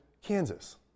Kansas